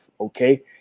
okay